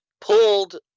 pulled